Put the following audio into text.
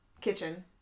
kitchen